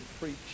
preach